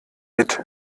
mit